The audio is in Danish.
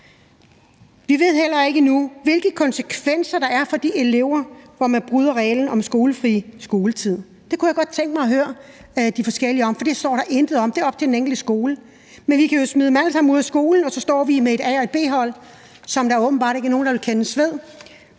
Vi ved heller ikke endnu, hvilke konsekvenser det har for de elever, der bryder reglen om røgfri skoletid. Det kunne jeg godt tænke mig at høre de forskellige om, for det står der intet om. Det er op til den enkelte skole. Men vi kan jo smide dem alle sammen ud af skolen, og så står vi med et A-hold og et B-hold. Og der er åbenbart ikke nogen, der vil kendes ved